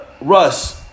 Russ